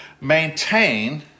maintain